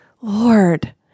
Lord